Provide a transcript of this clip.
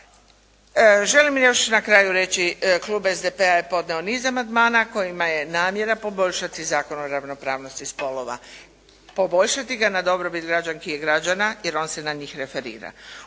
Želim još na kraju reći, klub SDP-a je podnio niz amandmana kojima je namjera poboljšati Zakon o ravnopravnosti spolova, poboljšati ga na dobrobit građanki i građana jer on se na njih referira.